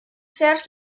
shares